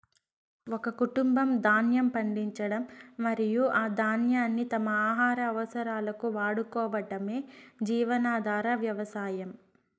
ఒక కుటుంబం ధాన్యం పండించడం మరియు ఆ ధాన్యాన్ని తమ ఆహార అవసరాలకు వాడుకోవటమే జీవనాధార వ్యవసాయం